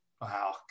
wow